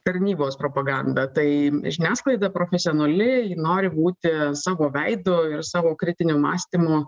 tarnybos propaganda tai žiniasklaida profesionali ji nori būti savo veidu ir savo kritiniu mąstymu